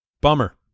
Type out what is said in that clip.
Bummer